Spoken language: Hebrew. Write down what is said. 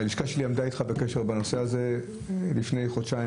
הלשכה שלי עמדה איתך בקשר בנושא הזה לפני חודשיים